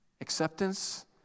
Acceptance